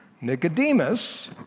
Nicodemus